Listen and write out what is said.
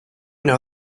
know